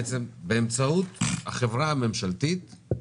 באמצעות החברה הממשלתית,